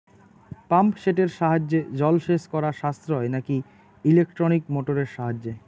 Pump সেটের সাহায্যে জলসেচ করা সাশ্রয় নাকি ইলেকট্রনিক মোটরের সাহায্যে?